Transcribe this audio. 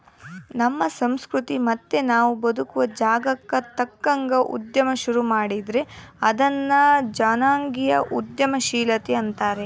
ನಮ್ಮ ಸಂಸ್ಕೃತಿ ಮತ್ತೆ ನಾವು ಬದುಕುವ ಜಾಗಕ್ಕ ತಕ್ಕಂಗ ಉದ್ಯಮ ಶುರು ಮಾಡಿದ್ರೆ ಅದನ್ನ ಜನಾಂಗೀಯ ಉದ್ಯಮಶೀಲತೆ ಅಂತಾರೆ